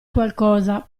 qualcosa